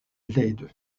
leyde